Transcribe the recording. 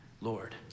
Lord